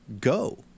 go